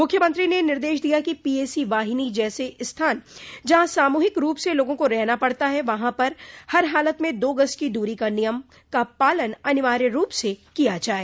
मुख्यमंत्री ने निर्देश दिया कि पीएसी वाहिनी जैसे स्थान जहां सामूहिक रूप से लोगों को रहना पड़ता वहां हर हालत में दो गज की दूरी नियम का पालन अनिवार्य रूप से किया जाये